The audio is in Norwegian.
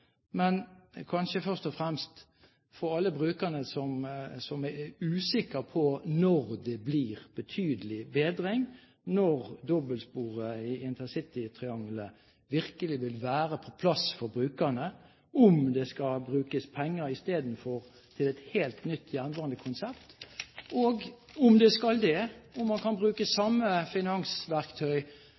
men kanskje først og fremst for alle brukerne som er usikre på når det blir betydelig bedring, når dobbeltsporet i intercitytriangelet virkelig vil være på plass for brukerne, om det istedenfor skal brukes penger til et helt nytt jernbanekonsept, og, om det skal det, om man kan bruke samme finansverktøy